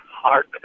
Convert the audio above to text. hard